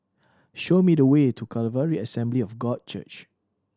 show me the way to Calvary Assembly of God Church